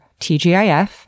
TGIF